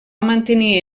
mantenir